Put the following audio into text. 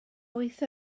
wyth